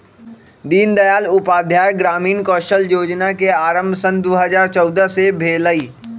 दीनदयाल उपाध्याय ग्रामीण कौशल जोजना के आरम्भ सन दू हज़ार चउदअ से भेलइ